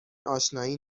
اشنایی